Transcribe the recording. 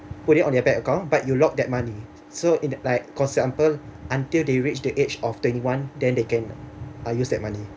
put it on their bank account but you lock that money so in the like cause until until they reached the age of twenty one then they can uh use that money